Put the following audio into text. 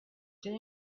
the